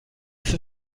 ist